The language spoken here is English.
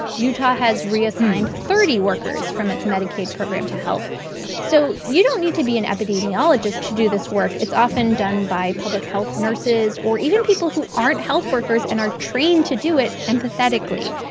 utah has reassigned thirty workers from its medicaid program to help so you don't need to be an epidemiologist to do this work. it's often done by public health nurses or even people who aren't health workers and are trained to do it empathetically.